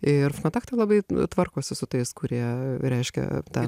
ir fkontakte labai tvarkosi su tais kurie reiškia tą